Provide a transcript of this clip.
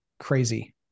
Crazy